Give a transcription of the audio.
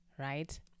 right